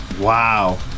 Wow